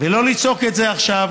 ולא לצעוק את זה עכשיו.